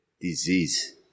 disease